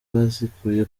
bazikuye